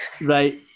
Right